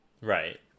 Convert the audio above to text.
Right